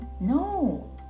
No